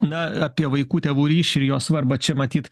na apie vaikų tėvų ryšį ir jo svarbą čia matyt